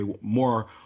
more